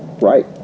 right